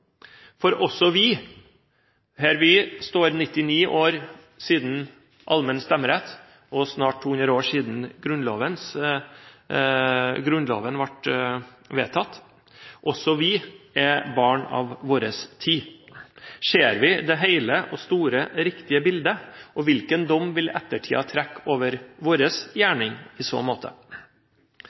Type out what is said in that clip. For også vi, her vi står 99 år etter innføringen av allmenn stemmerett og snart 200 år etter at Grunnloven ble vedtatt, er barn av vår tid. Ser vi det hele, store og riktige bildet? Og hvilken dom vil ettertiden felle over vår gjerning i så måte?